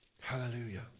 Hallelujah